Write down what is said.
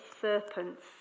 serpents